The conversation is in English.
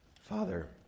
Father